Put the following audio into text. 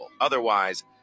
Otherwise